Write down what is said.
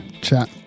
chat